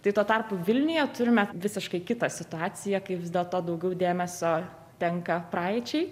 tai tuo tarpu vilniuje turime visiškai kitą situaciją kai vis dėlto daugiau dėmesio tenka praeičiai